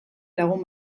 lagun